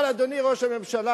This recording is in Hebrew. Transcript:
אבל, אדוני ראש הממשלה,